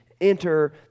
enter